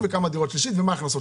ומה ההכנסות